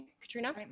Katrina